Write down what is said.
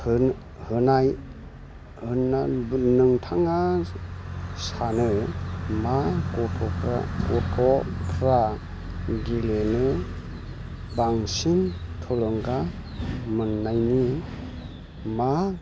होन होनाय होन्ना नोंथाङा सानो मा गथ'फ्रा गथ'फ्रा गेलेनो बांसिन थुलुंगा मोन्नायनि मा